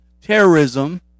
terrorism